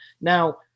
now